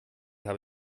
habe